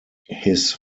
his